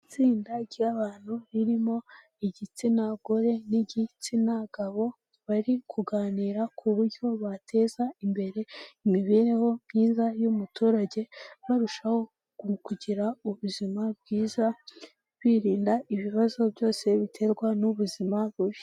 Itsinda ry'abantutu ririmo igitsina gore n'igitsina gabo bari kuganira ku buryo bateza imbere imibereho myiza y'umuturage, barushaho kugira ubuzima bwiza, birinda ibibazo byose biterwa n'ubuzima bubi.